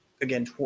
again